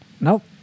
Nope